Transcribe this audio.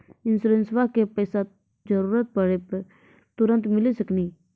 इंश्योरेंसबा के पैसा जरूरत पड़े पे तुरंत मिल सकनी?